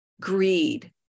greed